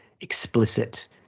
explicit